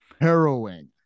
harrowing